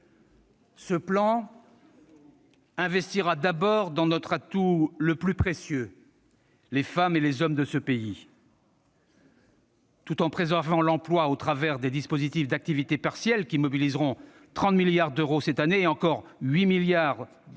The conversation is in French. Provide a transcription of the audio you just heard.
prioritairement dans notre atout le plus précieux, les femmes et les hommes de ce pays. Tout d'abord en préservant l'emploi au travers des dispositifs d'activité partielle, qui mobiliseront 30 milliards d'euros cette année, et encore 8 milliards l'année